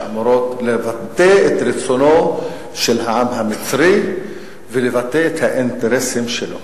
שאמורות לבטא את רצונו של העם המצרי ולבטא את האינטרסים שלו.